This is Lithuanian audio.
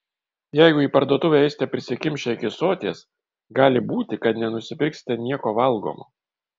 jeigu į parduotuvę eisite prisikimšę iki soties gali būti kad nenusipirksite nieko valgomo